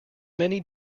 many